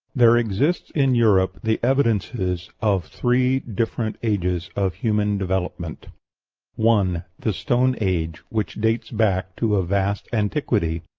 there exist in europe the evidences of three different ages of human development one. the stone age, which dates back to a vast antiquity.